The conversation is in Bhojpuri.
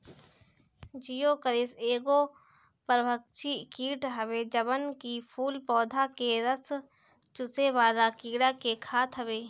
जिओकरिस एगो परभक्षी कीट हवे जवन की फूल पौधा के रस चुसेवाला कीड़ा के खात हवे